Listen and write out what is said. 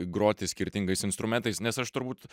groti skirtingais instrumentais nes aš turbūt